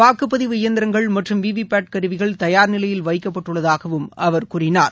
வாக்குப்பதிவு இயந்திரங்கள் மற்றும் விவி பாட் கருவிகள் தயார் நிலையில் வைக்கப்பட்டுள்ளதாக அவர் கூறினார்